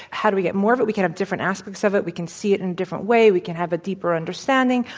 how do we get more of it? we can have different aspects of it. we can see it in a different way. we can have a deeper understanding.